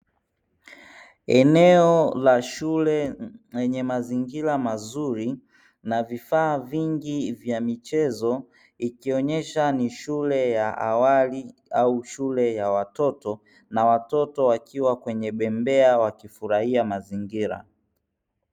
Eneo la shule lenye mazingira mazuri na vifaa vingi vya michezo ikionyesha ni shule ya awali au shule ya watoto, na watoto wakiwa kwenye bembea wakifurahia mazingira.